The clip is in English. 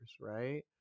right